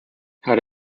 had